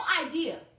idea